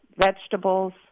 vegetables